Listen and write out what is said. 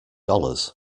dollars